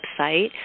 website